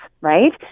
right